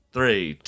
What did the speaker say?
Three